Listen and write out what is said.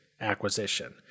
acquisition